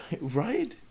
Right